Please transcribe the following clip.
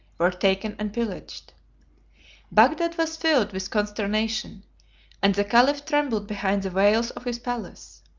were taken and pillaged bagdad was filled with consternation and the caliph trembled behind the veils of his palace.